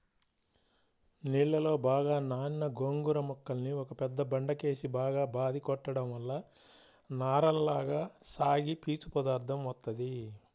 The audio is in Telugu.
నీళ్ళలో బాగా నానిన గోంగూర మొక్కల్ని ఒక పెద్ద బండకేసి బాగా బాది కొట్టడం వల్ల నారలగా సాగి పీచు పదార్దం వత్తది